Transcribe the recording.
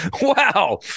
Wow